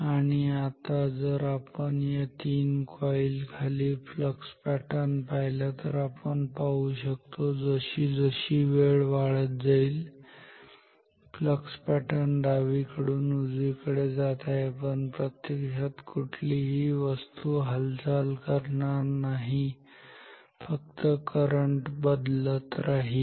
आणि आता जर आपण या तीन कॉईल खाली फ्लक्स पॅटर्न पहिला तर आपण पाहू शकतो जशी जशी वेळ वाढत जाईल फ्लक्स पॅटर्न डावीकडून उजवीकडे जात आहे पण प्रत्यक्षात कुठलीही वस्तू हालचाल करणार नाही फक्त करंट बदलत राहतील